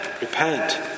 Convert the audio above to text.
repent